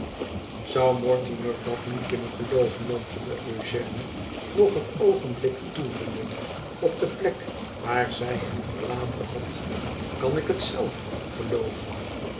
rivierkant zoumortimer dat nu kunnen gelooven mompelde eugène nog een oogenblik toevende op de plek waar zij hem verlaten had kan ik het zelf gelooven